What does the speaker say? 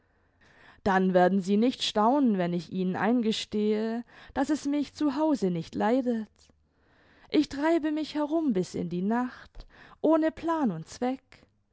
dann werden sie nicht staunen wenn ich ihnen eingestehe daß es mich zu hause nicht leidet ich treibe mich herum bis in die nacht ohne plan und zweck